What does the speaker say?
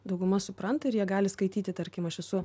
dauguma supranta ir jie gali skaityti tarkim aš esu